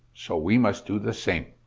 so we must do the same.